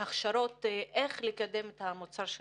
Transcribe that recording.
הכשרות איך לקדם את המוצר שלהם?